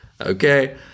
Okay